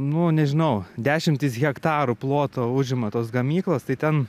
nu nežinau dešimtis hektarų ploto užima tos gamyklos tai ten